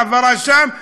העברה שם,